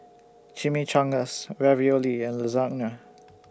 Chimichangas Ravioli and Lasagna